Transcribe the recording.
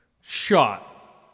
Shot